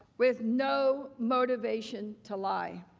with no motivation to lie.